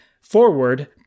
forward